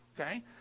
Okay